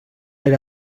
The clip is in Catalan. per